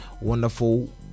Wonderful